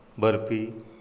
barfi